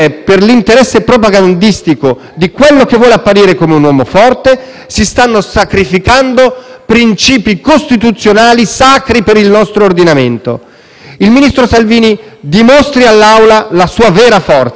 principi costituzionali sacri per il nostro ordinamento. Il ministro Salvini dimostri all'Aula la sua vera forza. Ne ha la possibilità: mostri al Paese intero il suo coraggio e la sua buona fede.